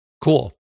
Cool